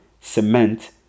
cement